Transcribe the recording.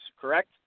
correct